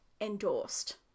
endorsed